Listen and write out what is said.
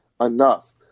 enough